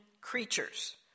creatures